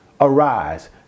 Arise